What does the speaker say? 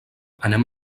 anem